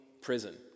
prison